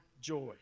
joy